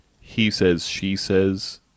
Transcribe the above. he-says-she-says-